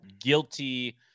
guilty